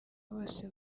bose